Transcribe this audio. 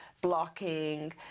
blocking